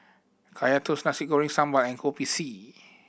Kaya Toast Nasi Goreng Sambal and Kopi C